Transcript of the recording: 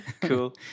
Cool